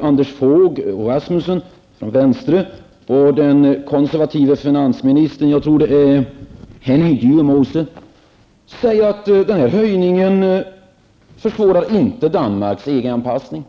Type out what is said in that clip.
Anders Fogh Rasmunssen från venstre och den konservative finansministern Henning Dyremose säger att en höjning inte försvårar Danmarks EG-anpassning.